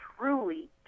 truly